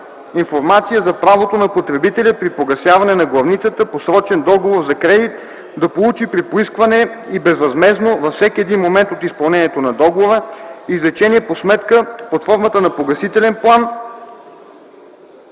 информация за правото на потребителя при погасяване на главницата по срочен договор за кредит да получи при поискване и безвъзмездно, във всеки един момент от изпълнението на договора, извлечение по сметка под формата на погасителен план